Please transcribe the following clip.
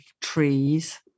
trees